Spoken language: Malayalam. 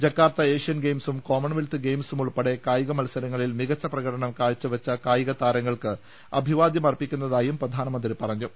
ജക്കാർത്ത ഏഷ്യൻ ഗെയിംസും കോമൺവെൽത്ത് ഗെയിംസും ഉൾപ്പെടെ കായിക മത്സരങ്ങളിൽ മികച്ച പ്രകടനം കാഴ്ച വെച്ച കായിക താരങ്ങൾക്ക് അഭിവാദ്യം അർപ്പിക്കുന്നതായും പ്രധാനമന്ത്രി പറഞ്ഞു